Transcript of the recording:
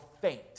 faint